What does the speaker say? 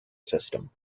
system